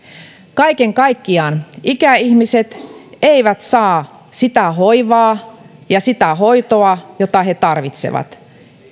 kaiken kaikkiaan ikäihmiset eivät saa sitä hoivaa ja sitä hoitoa jota he tarvitsevat